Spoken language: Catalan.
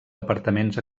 departaments